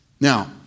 Now